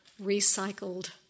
recycled